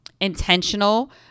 intentional